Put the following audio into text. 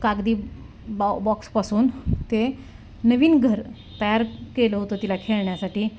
कागदी बा बॉक्सपासून ते नवीन घर तयार केलं होतं तिला खेळण्यासाठी